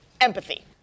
empathy